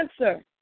answer